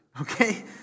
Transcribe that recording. Okay